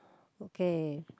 okay